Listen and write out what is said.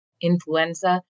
influenza